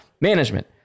management